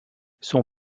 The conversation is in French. son